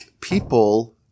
people